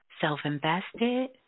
Self-invested